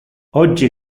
oggi